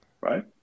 right